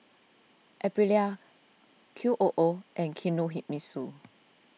Aprilia Q O O and Kinohimitsu